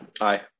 Aye